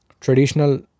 Traditional